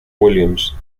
williams